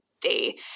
day